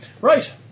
Right